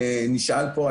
שנשאל פה,